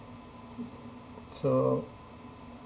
so